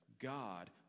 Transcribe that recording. God